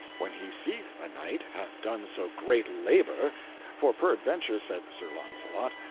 when he seeth a knight hath done so great labour for peradventure, said sir launcelot,